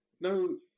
no